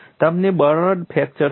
તમને બરડ ફ્રેક્ચર થશે